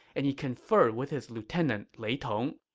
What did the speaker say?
and he conferred with his lieutenant lei tong.